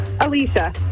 Alicia